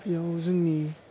बेयाव जोंनि